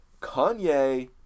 Kanye